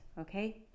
Okay